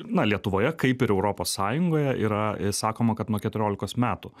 na lietuvoje kaip ir europos sąjungoje yra sakoma kad nuo keturiolikos metų